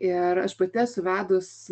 ir aš pati esu vedus